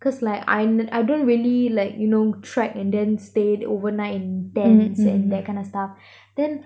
cause like I ne~ don't really like you know trek and then stayed overnight in tents and that kind of stuff then